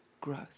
growth